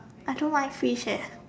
I don't like fishes